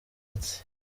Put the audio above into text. ati